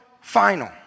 final